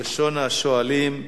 ראשון השואלים,